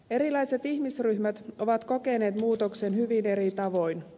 erilaiset ihmisryhmät ovat kokeneet muutoksen hyvin eri tavoin